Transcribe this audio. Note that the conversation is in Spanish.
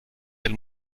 del